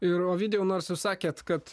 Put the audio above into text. ir ovidijau nors jūs sakėt kad